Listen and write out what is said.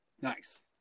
Nice